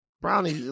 Brownie